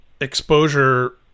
exposure